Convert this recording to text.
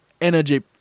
energy